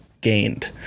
gained